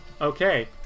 Okay